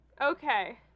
Okay